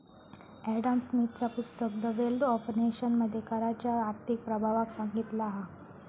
Adam स्मिथचा पुस्तक the wealth of nation मध्ये कराच्या आर्थिक प्रभावाक सांगितला हा